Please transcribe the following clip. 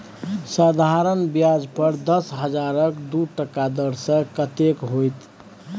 साधारण ब्याज पर दस हजारक दू टका दर सँ कतेक होएत?